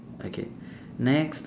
okay next